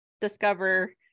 discover